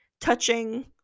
touching